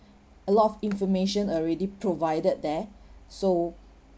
a lot of information already provided there so